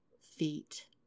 Feet